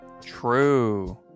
True